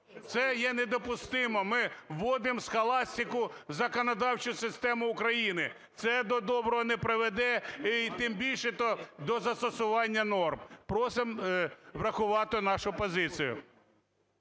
це є недопустимо. Ми вводим схоластику в законодавчу систему України. Це до доброго не приведе і тим більше до застосування норм. Просимо врахувати нашу позицію.